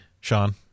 Sean